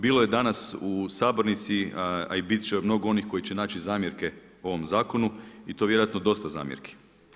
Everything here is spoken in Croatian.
Bilo je danas u sabornici a i biti će mnogo onih koji će naći zamjerke ovom zakonu i to vjerojatno dosta zamjerki.